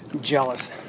jealous